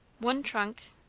one trunk.